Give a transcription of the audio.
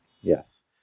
Yes